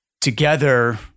together